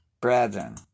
brethren